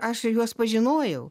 aš juos pažinojau